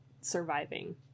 surviving